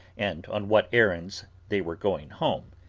and on what errands they were going home,